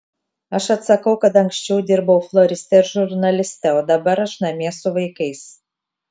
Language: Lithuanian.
aš atsakau kad anksčiau dirbau floriste ir žurnaliste o dabar aš namie su vaikais